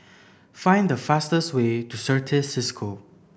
find the fastest way to Certis Cisco